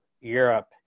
Europe